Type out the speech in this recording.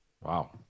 wow